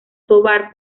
tovar